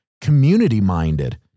community-minded